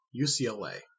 UCLA